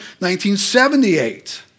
1978